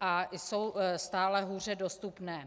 a jsou stále hůře dostupné.